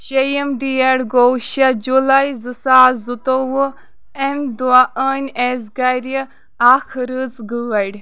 شیٚیِم date گو شےٚ جُلاے زٕ ساس زٕتووُہ امہِ دۄہ أنۍ اَسہِ گرِ اکھ رٕژ گٲڑۍ